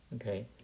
Okay